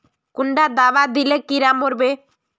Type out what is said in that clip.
कुंडा दाबा दिले कीड़ा मोर बे?